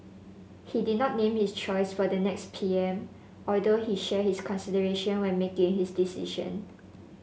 he did not name his choice for the next P M although he shared his consideration when making his decision